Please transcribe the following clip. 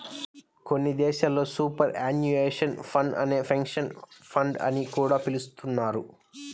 కొన్ని దేశాల్లో superannuation fund నే పెన్షన్ ఫండ్ అని కూడా పిలుస్తున్నారు